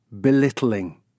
belittling